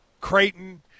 Creighton